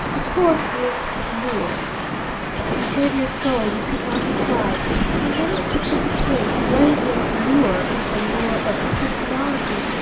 of course, is lure but to save your soul you could not decide in any specific case whether the lure is the lure of personality,